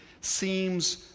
seems